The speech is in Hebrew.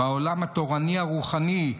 בעולם התורני והרוחני.